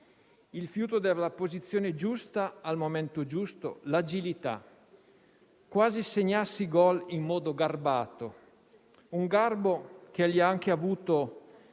il fiuto della posizione giusta al momento giusto, l'agilità, quasi segnasse i *goal* in modo garbato, un garbo che egli ha anche avuto